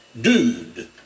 dude